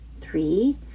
three